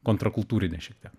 kontrakultūrinę šiek tiek